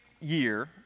year